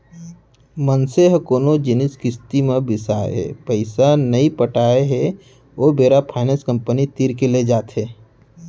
मनसे ह कोनो जिनिस किस्ती म बिसाय हे पइसा नइ पटात हे ओ बेरा फायनेंस कंपनी तीर के लेग जाथे